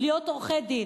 להיות עורכי-דין.